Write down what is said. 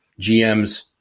GMs